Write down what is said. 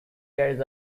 carries